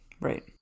right